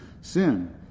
sin